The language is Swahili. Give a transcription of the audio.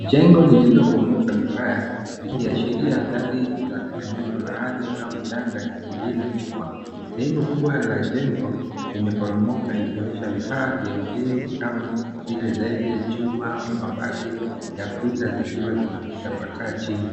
Jengo lililobomoka vibaya, likiashiria athari za tetemeko la ardhi au janga jingine kubwa. Sehemu kubwa la jengo, limeporomoka ikionyesha vifaa vya ujenzi kama vile zenge, chuma, mabati ya kuta zikiwa zimetapakaa chini.